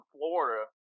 Florida